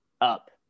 up